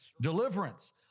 deliverance